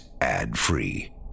ad-free